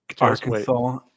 Arkansas